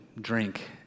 drink